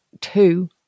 two